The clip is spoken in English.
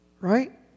right